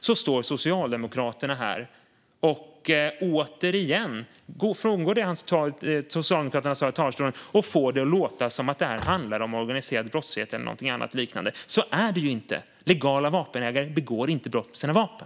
Då står Socialdemokraterna i den här i talarstolen och frångår återigen det man sagt i talarstolen. Man får det att låta som att det handlar om organiserad brottslighet eller något liknande. Så är det inte. Legala vapenägare begår inte brott med hjälp av sina vapen.